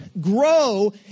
grow